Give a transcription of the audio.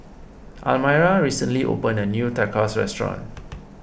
Almyra recently opened a new Tacos restaurant